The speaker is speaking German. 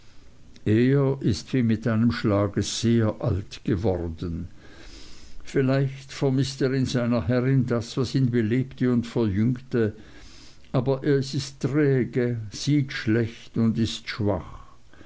er ist wie mit einem schlage sehr alt geworden vielleicht vermißt er in seiner herrin das was ihn belebte und verjüngte aber er ist träge sieht schlecht und ist schwach